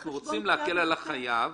אנחנו רוצים להקל על החייב